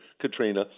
Katrina